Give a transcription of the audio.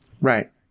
Right